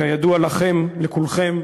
כידוע לכם, לכולם,